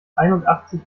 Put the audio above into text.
einundachtzig